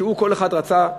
שכל אחד רצה,